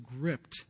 gripped